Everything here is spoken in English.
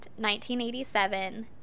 1987